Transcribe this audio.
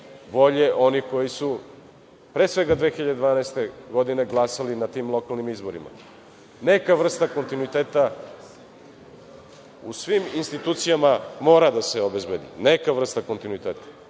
volje onih koji su, pre svega, 2012. godine glasali na tim lokalnim izborima. Neka vrsta kontinuiteta u svim institucijama mora da se obezbedi, neka vrsta kontinuiteta,